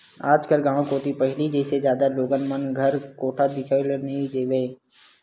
आजकल गाँव कोती पहिली जइसे जादा लोगन मन घर कोठा दिखउल देबे नइ करय